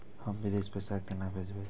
हम विदेश पैसा केना भेजबे?